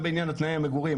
בעניין תנאי המגורים,